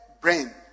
brain